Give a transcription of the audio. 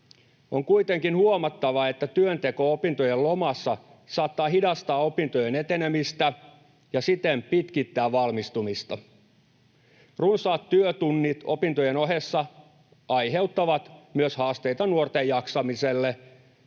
On kuitenkin huomattava, että työnteko opintojen lomassa saattaa hidastaa opintojen etenemistä ja siten pitkittää valmistumista. Runsaat työtunnit opintojen ohessa aiheuttavat myös haasteita nuorten jaksamiselle